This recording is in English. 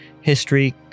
History